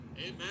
Amen